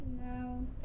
No